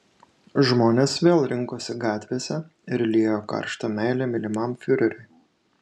žmonės vėl rinkosi gatvėse ir liejo karštą meilę mylimam fiureriui